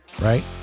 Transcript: right